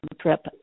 trip